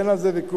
אין על זה ויכוח.